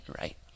right